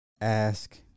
ask